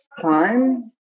times